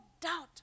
doubt